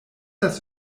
das